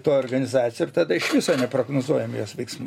to organizacijoj ir tada iš viso neprognozuojam jo veiksmų